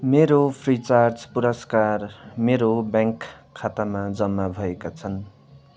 मेरो free charge पुरस्कार मेरो ब्याङ्क खातामा जम्मा भएका छन्